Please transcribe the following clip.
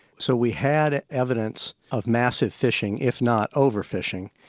so we had evidence of massive fishing, if not over-fishing,